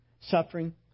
suffering